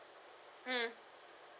mm